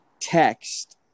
text